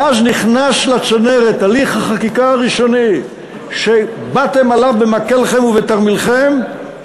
מאז נכנס לצנרת הליך החקיקה הראשוני שבאתם עליו במקלכם ובתרמילכם,